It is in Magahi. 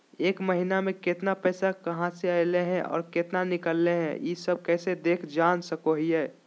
एक महीना में केतना पैसा कहा से अयले है और केतना निकले हैं, ई सब कैसे देख जान सको हियय?